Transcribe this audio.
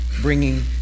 bringing